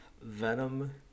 Venom